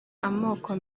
amoko